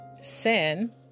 sin